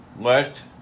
let